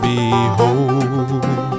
Behold